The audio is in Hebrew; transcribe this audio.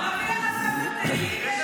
נביא לך ספר תהילים.